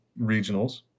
regionals